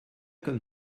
comme